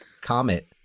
comet